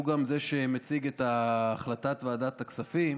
שהוא גם זה שמציג את החלטת ועדת הכספים